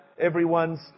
everyone's